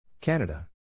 Canada